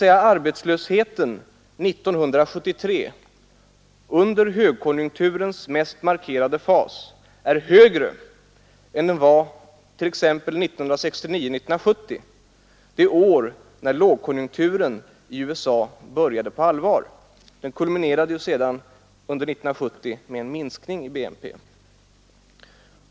Dvs arbetslösheten 1973, under högkonjunkturens mest markerade fas, är högre än den var år 1969/70, det år när lågkonjunkturen i USA började på allvar den kulminerade sedan 1970 med en minskning i BNP.